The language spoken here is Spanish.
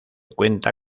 cuenta